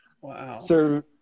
wow